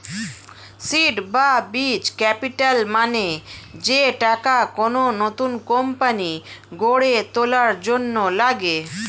seed বা বীজ capital মানে যে টাকা কোন নতুন কোম্পানি গড়ে তোলার জন্য লাগে